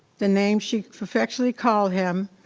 the name she affectionately called him,